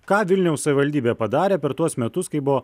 ką vilniaus savivaldybė padarė per tuos metus kai buvo